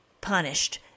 punished